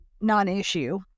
non-issue